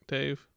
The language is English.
Dave